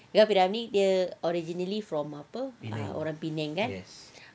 the P ramlee dia originally from apa orang penang kan